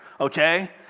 okay